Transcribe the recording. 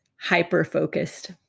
hyper-focused